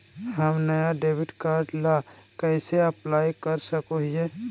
हम नया debit card ला कइसे अप्लाई कर सको हियै?